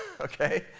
okay